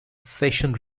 session